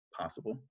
possible